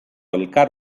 elkar